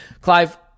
Clive